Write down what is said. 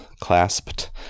clasped